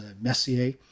Messier